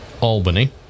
Albany